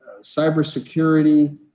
cybersecurity